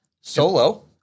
solo